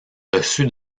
reçu